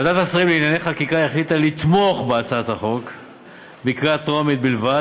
ועדת השרים לענייני חקיקה החליטה לתמוך בהצעת החוק בקריאה הטרומית בלבד.